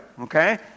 okay